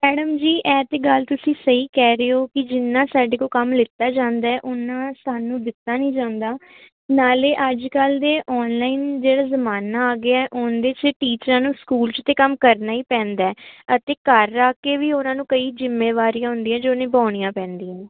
madam ji ਇਹ ਤਾਂ ਗੱਲ ਤੁਸੀਂ ਸਹੀ ਕਹਿ ਰਹੇ ਹੋ ਕਿ ਜਿੰਨਾ ਸਾਡੇ ਕੋਲ ਕੰਮ ਲਿਤਾ ਜਾਂਦਾ ਉਹਨਾਂ ਸਾਨੂੰ ਦਿੱਤਾ ਨਹੀਂ ਜਾਂਦਾ ਨਾਲੇ ਅੱਜ ਕੱਲ੍ਹ ਦੇ ਆਨਲਾਈਨ ਜਿਹੜਾ ਜ਼ਮਾਨਾ ਆ ਗਿਆ ਉਹਦੇ 'ਚ ਟੀਚਰਾਂ ਨੂੰ ਸਕੂਲ 'ਚ ਅਤੇ ਕੰਮ ਕਰਨਾ ਹੀ ਪੈਂਦਾ ਅਤੇ ਘਰ ਰੱਖ ਕੇ ਵੀ ਉਹਨਾਂ ਨੂੰ ਕਈ ਜ਼ਿੰਮੇਵਾਰੀ ਹੁੰਦੀਆਂ ਜੋ ਨਿਭਾਉਣੀਆਂ ਪੈਂਦੀਆਂ